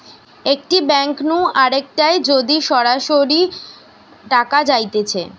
একটি ব্যাঙ্ক নু আরেকটায় যদি সরাসরি টাকা যাইতেছে